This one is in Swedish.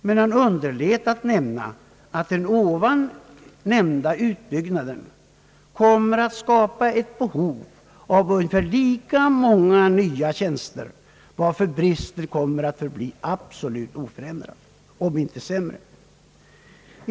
Man han underlät att påpeka att den förut nämnda utbyggnaden kommer att skapa ett behov av ungefär lika många nya tjänster, varför bristen kommer att förbli absolut oförändrad, om inte större.